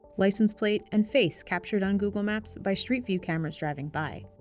license plate and face captured on google maps by street view cameras driving by.